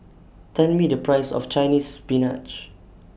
Tell Me The Price of Chinese Spinach